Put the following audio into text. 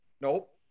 Nope